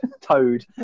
Toad